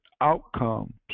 outcomes